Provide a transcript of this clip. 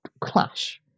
clash